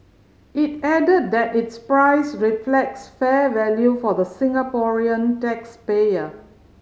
it added that its price reflects fair value for the Singaporean tax payer